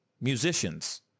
musicians